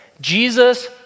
Jesus